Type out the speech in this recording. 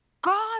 God